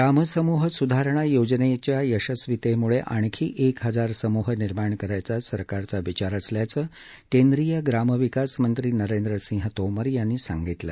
ग्रामसमूह स्धारणा योजनेच्या यशस्वितेम्ळे आणखी एक हजार ग्रामसमूह निर्माण करायचा सरकारचा विचार असल्याचं केंद्रीय ग्राम विकास मंत्री नरेंद्रसिंह तोमर यांनी सांगितलं